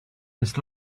this